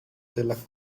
della